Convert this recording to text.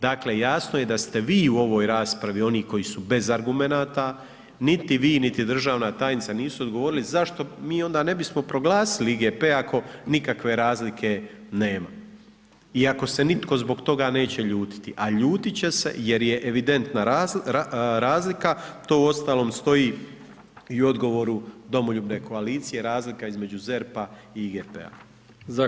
Dakle jasno je da ste vi u ovoj raspravi oni koji su bez argumenata, niti vi niti državna tajnica nisu odgovorili zašto mi onda ne bismo proglasili IGP ako nikakve razlike nema i ako se nitko zbog toga neće ljutiti a ljutiti će se jer je evidentna razlika, to uostalom stoji i u odgovoru domoljubne koalicije, razlika između ZERP-a i IGP-a.